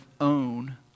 own